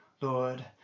Lord